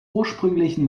ursprünglichen